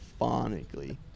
phonically